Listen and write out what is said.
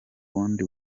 bundi